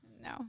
No